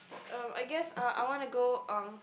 uh I guess uh I wanna go um